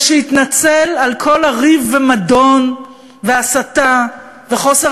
ושיתנצל על כל הריב והמדון וההסתה וחוסר